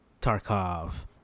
Tarkov